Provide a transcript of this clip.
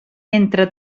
entre